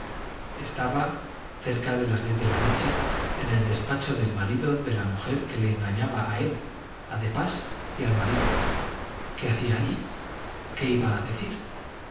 estaba cerca de las diez de la noche en el despacho del marido de la mujer que le engañaba a él a de pas y al marido qué hacía allí qué iba a decir